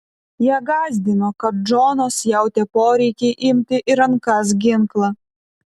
ją gąsdino kad džonas jautė poreikį imti į rankas ginklą